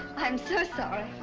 i'm so sorry.